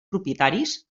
propietaris